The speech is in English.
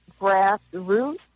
grassroots